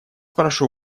прошу